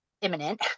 imminent